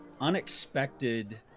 unexpected